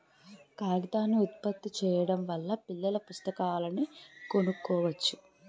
కాగితాన్ని ఉత్పత్తి చేయడం వల్ల పిల్లల పుస్తకాలను కొనుక్కోవచ్చు